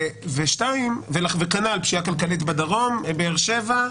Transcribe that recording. ושניים, כנ"ל פשיעה הכלכלית בדרום, באר שבע.